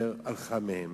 הלכה מהם.